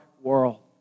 world